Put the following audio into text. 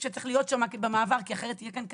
שצריך להיות שם במעבר כי אחת תהיה כאן קטסטרופה.